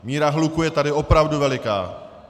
Míra hluku je tady opravdu veliká.